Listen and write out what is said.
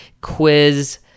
quiz